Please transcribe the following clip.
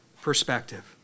perspective